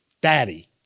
Daddy